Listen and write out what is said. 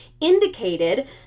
indicated